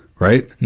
right,